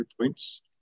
points